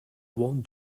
one